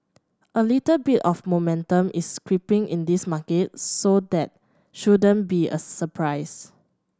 a little bit of momentum is creeping in this market so that shouldn't be a surprise